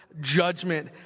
judgment